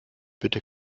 bitte